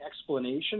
explanation